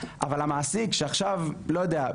אבל המעסיק שעכשיו לא יודע,